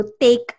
take